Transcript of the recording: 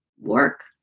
work